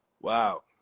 Wow